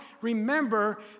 remember